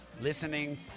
Listening